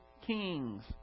kings